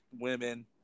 women